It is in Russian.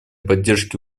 поддержке